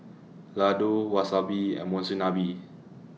Ladoo Wasabi and Monsunabe